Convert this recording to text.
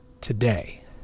today